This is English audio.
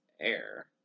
air